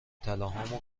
طلاهامو